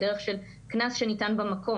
בדרך של קנס שניתן במקום.